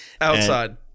outside